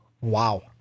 Wow